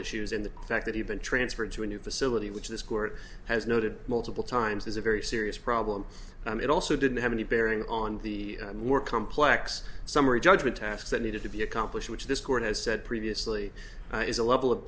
issues in the fact that he'd been transferred to a new facility which this court has noted multiple times is a very serious problem and it also didn't have any bearing on the more complex summary judgment tasks that needed to be accomplished which this court has said previously is a level of